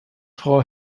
frau